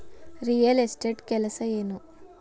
real estate ಕೆಲಸ ಏನು